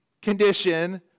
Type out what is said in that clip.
condition